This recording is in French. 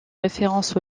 référence